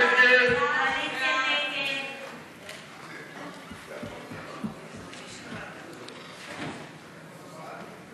ההסתייגות של חבר הכנסת אלעזר